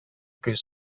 күз